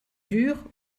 dure